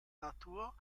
natur